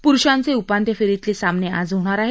पुरुषांचे उपांत्य फेरीतले सामने आज होणार आहेत